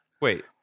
Wait